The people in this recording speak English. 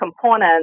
components